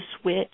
switch